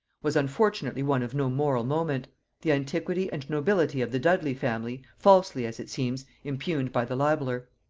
was unfortunately one of no moral moment the antiquity and nobility of the dudley family, falsely, as it seems, impugned by the libeller.